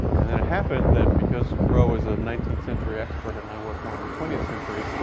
and then it happened that because roe is a nineteenth century expert and i work more on the twentieth century,